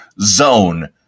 zone